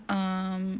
um